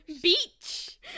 beach